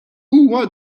huwa